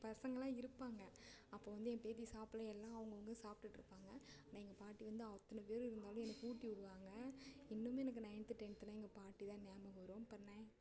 பசங்கள்லாம் இருப்பாங்க அப்போது வந்து என் பேத்தி சாப்பிடல எல்லாம் அவங்கவங்க சாப்பிட்டுட்டு இருப்பாங்க ஆனால் எங்கள் பாட்டி வந்து அத்தனை பேர் இருந்தாலும் எனக்கு ஊட்டி விடுவாங்க இன்னமும் எனக்கு நைன்த்து டென்த்தில் எங்கள் பாட்டிதான் ஞாபகம் வரும் அப்புறம்